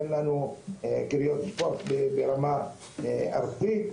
אין לנו אולמות ספורט ברמה ארצית.